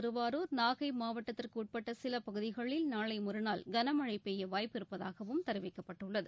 திருவாரூர் நாகை மாவட்டத்திற்கு உட்பட்ட சில பகுதிகளில் நாளை மறுநாள் கனமழை பெய்ய வாய்ப்பிருப்பதாகவும் தெரிவிக்கப்பட்டுள்ளது